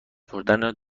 بردن